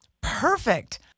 perfect